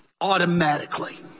automatically